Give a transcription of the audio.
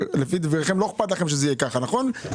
לפי דבריכם, לא אכפת להם שזה יהיה כך, נכון?